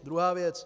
Druhá věc.